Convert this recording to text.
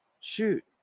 Shoot